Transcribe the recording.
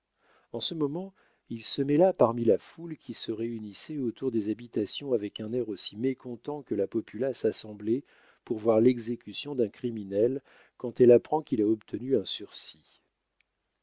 en ce moment il se mêla parmi la foule qui se réunissait autour des habitations avec un air aussi mécontent que la populace assemblée pour voir l'exécution d'un criminel quand elle apprend qu'il a obtenu un sursis